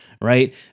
right